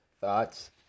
Thoughts